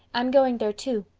i'm going there, too.